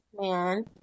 man